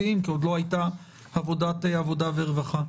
כי עוד לא הייתה אז ועדת העבודה והרווחה.